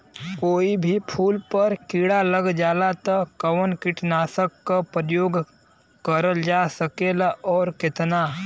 कोई भी फूल पर कीड़ा लग जाला त कवन कीटनाशक क प्रयोग करल जा सकेला और कितना?